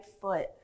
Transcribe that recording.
foot